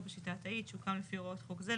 בשיטה התאית שהוקם לפי הוראות חוק זה,